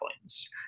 points